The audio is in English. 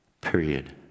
period